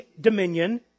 dominion